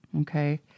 okay